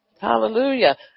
Hallelujah